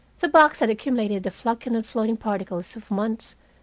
the box had accumulated the flocculent floating particles of months,